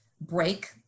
break